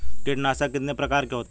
कीटनाशक कितने प्रकार के होते हैं?